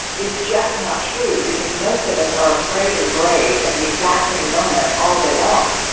is just not true, because most of us are afraid and brave at the exact same moment, all day long.